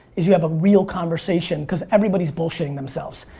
is you have a real conversation. cause everybody's bullshitting themselves.